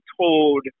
told